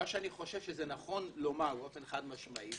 אני חושב שזה נכון לומר באופן חד-משמעי,